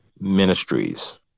ministries